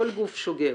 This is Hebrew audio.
כל גוף שוגה.